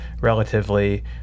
relatively